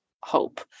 hope